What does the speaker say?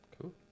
Cool